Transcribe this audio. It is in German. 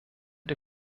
der